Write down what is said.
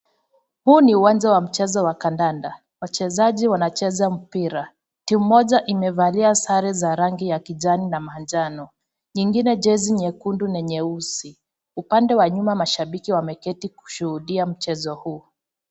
Huu ni uwanja wa mchezo wa kandanda, wachezaji wanacheza mpira, timu moja imevalia sare za rangi ya kijani na manjano , nyingine jezi nyekundu na nyeusi upande wa nyuma mashabiki wameketi kushuhudia mchezo huu.